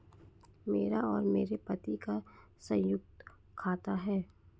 मेरा और मेरे पति का संयुक्त खाता है